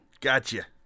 Gotcha